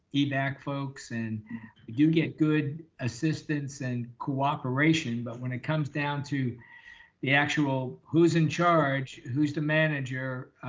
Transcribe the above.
evac folks and do get good assistance and cooperation. but when it comes down to the actual who's in charge, who's the manager,